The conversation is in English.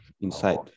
inside